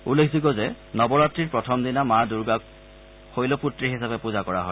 উল্লেখযোগ্য যে নৱৰাত্ৰিৰ প্ৰথম দিনা মা দুৰ্গাক শৈলপুত্ৰী হিচাপে পূজা কৰা হয়